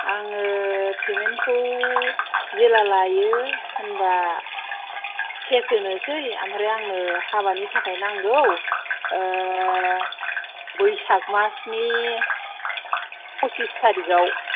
आङो पेमेन्टखौ जेला लाइयो होमबा केस होनोसै ओमफ्राय आंनो हाबानि थाखाय नांगौ बैसाग मासनि पसिस थारिगाव